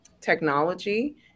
technology